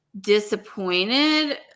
disappointed